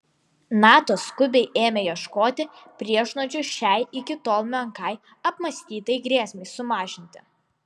nato skubiai ėmė ieškoti priešnuodžių šiai iki tol menkai apmąstytai grėsmei sumažinti